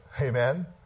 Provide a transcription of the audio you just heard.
Amen